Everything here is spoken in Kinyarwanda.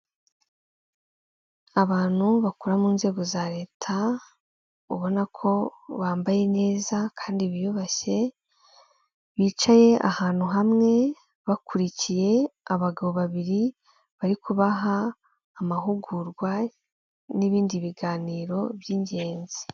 Abantu bakora mu nzego za leta ubona ko bambaye neza kandi biyubashye, bicaye ahantu hamwe bakurikiye abagabo babiri bari kubaha amahugurwa n'ibindi biganiro by'ingenzi.